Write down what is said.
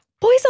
boy's